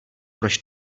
proč